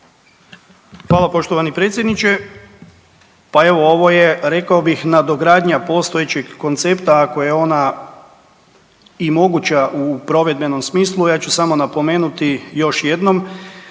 Hvala poštovani predsjedniče, pa evo ovo je, rekao bih, nadogradnja postojećeg koncepta, ako je ona i moguća u provedbenom smislu. Ja ću samo napomenuti još jednom,